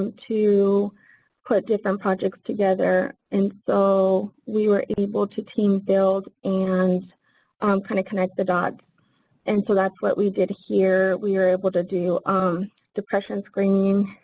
um to put different projects together, and so we were able to team build and um kind of connect the dots and so that's what we did here. we were able to do um depression screenings,